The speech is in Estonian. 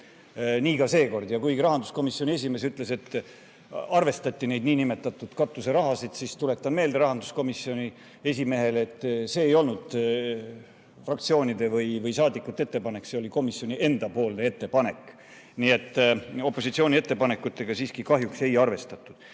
Nii ka seekord. Ja kuigi rahanduskomisjoni esimees ütles, et arvestati nn katuserahasid, siis tuletan rahanduskomisjoni esimehele meelde, et see ei olnud fraktsioonide või saadikute ettepanek, see oli komisjoni enda ettepanek. Nii et opositsiooni ettepanekutega siiski kahjuks ei arvestatud.